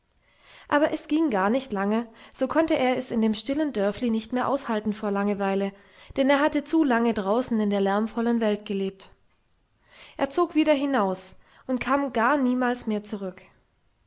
aber es ging gar nicht lange so konnte er es in dem stillen dörfli nicht mehr aushalten vor langweile denn er hatte zu lange draußen in der lärmvollen welt gelebt er zog wieder hinaus und kam gar niemals mehr zurück